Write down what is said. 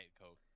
Coke